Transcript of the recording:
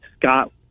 scott